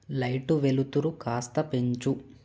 light వెలుతురు కాస్త పెంచు